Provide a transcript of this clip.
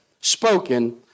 spoken